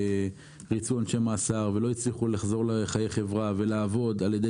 שריצו עונשי מאסר ולא הצליחו לחזור לחיי חברה ולעבוד על ידי